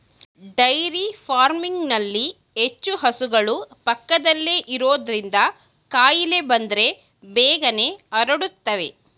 dairy ಫಾರ್ಮಿಂಗ್ನಲ್ಲಿ ಹೆಚ್ಚು ಹಸುಗಳು ಪಕ್ಕದಲ್ಲೇ ಇರೋದ್ರಿಂದ ಕಾಯಿಲೆ ಬಂದ್ರೆ ಬೇಗನೆ ಹರಡುತ್ತವೆ